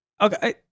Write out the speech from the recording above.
okay